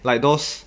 like those